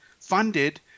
funded